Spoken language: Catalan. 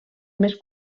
més